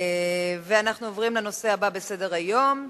אנחנו עוברים לנושא הבא בסדר-היום: